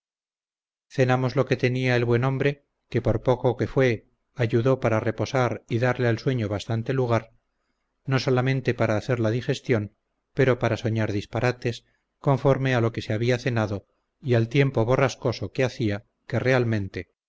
cenamos lo que tenía el buen hombre que por poco que fue ayudó para reposar y darle al sueño bastante lugar no solamente para hacer la digestión pero para soñar disparates conforme a lo que se había cenado y al tiempo borrascoso que hacia que realmente